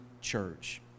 church